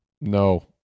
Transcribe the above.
no